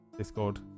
Discord